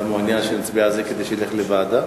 מעוניין שנצביע על זה כדי להעביר לוועדה?